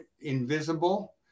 Invisible